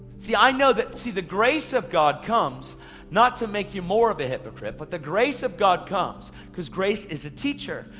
see i know that, see the grace of god comes not to make you more of a hypocrite, but the grace of god comes because grace is a teacher.